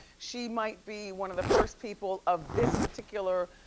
she might be one of the first people of this particular,